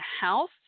house